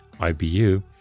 IBU